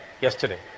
yesterday